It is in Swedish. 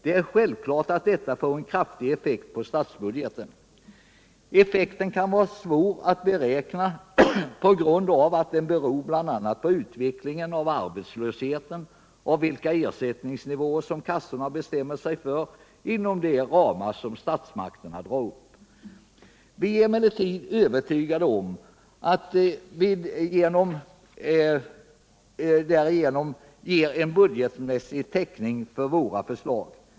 Det är självklart att detta får en kraftig effekt på statsbudgeten. Effekten kan vara svår att beräkna på grund av att den bl.a. beror på utvecklingen av arbetslösheten och vilka ersättningsnivåer som kassorna bestämmer sig för inom de ramar statsmakterna drar upp. Vi är emellertid övertygade om att vi geren budgetmässig täckning för våra förslag.